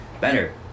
better